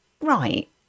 right